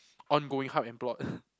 ongoing heart and plot